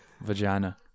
vagina